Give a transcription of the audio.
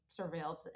surveilled